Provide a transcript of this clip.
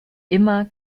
immer